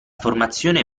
formazione